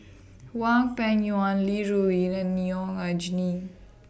Hwang Peng Yuan Li Rulin and Neo Anngee